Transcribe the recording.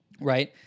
right